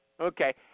Okay